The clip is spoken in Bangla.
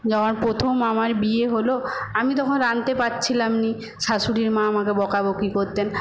যাওয়ার প্রথম আমার বিয়ে হল আমি যখন রাঁধতে পারছিলাম না শাশুড়ির মা আমাকে বকা বকি করতেন